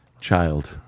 child